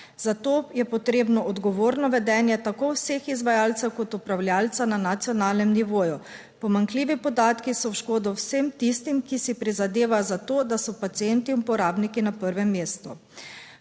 Za to je potrebno odgovorno vedenje tako vseh izvajalcev kot upravljavca na nacionalnem nivoju. Pomanjkljivi podatki so v škodo vsem tistim, ki si prizadevajo za to, da so pacienti in uporabniki na prvem mestu.